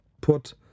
put